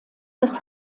des